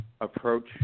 approach